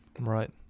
right